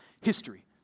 history